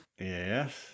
Yes